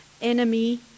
enemy